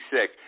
sick